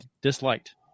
disliked